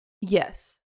Yes